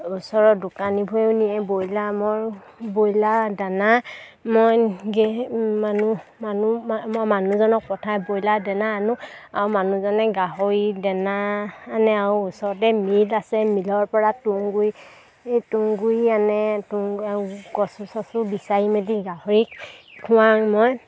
ওচৰ দোকানীবোৰেও নিয়ে ব্ৰইলাৰ মোৰ ব্ৰইলাৰ দানা মই মানুহ মানুহ মই মানুহজনক পঠাই ব্ৰইলাৰ দানা আনো আও মানুহজনে গাহৰি দানা আনে আও ওচৰতে মিল আছে মিলৰ পৰা তুঁহগুৰি এই তুঁহগুৰি আনে কচু চচু বিচাৰি মেলি গাহৰিক খোৱাওঁ মই